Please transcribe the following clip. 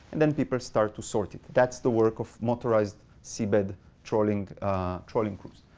then people start to sort it. that's the work of motorized seabed trawling trawling cruise.